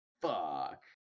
fuck